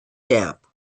damp